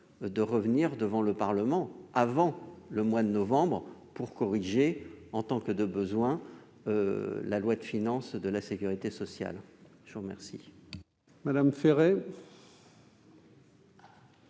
de revenir devant le Parlement avant le mois de novembre pour corriger en tant que de besoin la loi de financement de la sécurité sociale ? La parole est à Mme Corinne